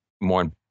More